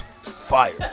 Fire